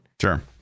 Sure